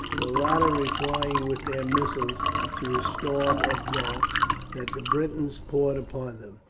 the latter replying with their missiles to the storm of darts that the britons poured upon them.